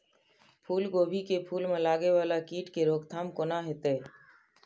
फुल गोभी के फुल में लागे वाला कीट के रोकथाम कौना हैत?